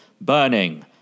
burning